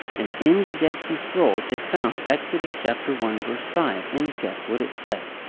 and in the dead sea scrolls, they found exodus, chapter one, verse five. and guess what it said.